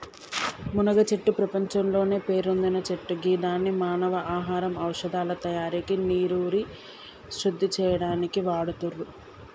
మునగచెట్టు ప్రపంచంలోనే పేరొందిన చెట్టు గిదాన్ని మానవ ఆహారంగా ఔషదాల తయారికి నీరుని శుద్ది చేయనీకి వాడుతుర్రు